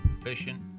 proficient